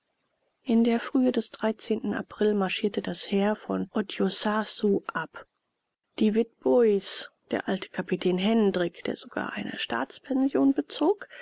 in der frühe des april marschierte das heer von otjosasu ab die witbois der alte kapitän hendrik der sogar eine staatspension bezog